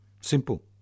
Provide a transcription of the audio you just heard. simple